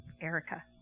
Erica